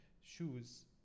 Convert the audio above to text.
shoes